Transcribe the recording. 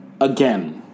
again